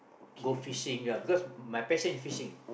go fishing ya because my passion is fishing